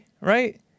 right